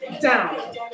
down